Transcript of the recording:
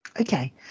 Okay